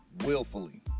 willfully